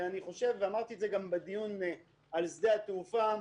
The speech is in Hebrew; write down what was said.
אמרתי את זה גם בדיון על שדה התעופה,